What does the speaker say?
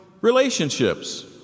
Relationships